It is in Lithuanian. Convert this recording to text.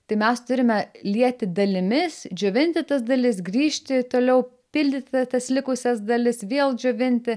tai mes turime lieti dalimis džiovinti tas dalis grįžti toliau pildyti ta tas likusias dalis vėl džiovinti